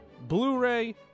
Blu-ray